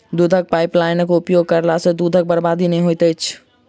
दूधक पाइपलाइनक उपयोग करला सॅ दूधक बर्बादी नै होइत छै